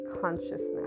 consciousness